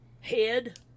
head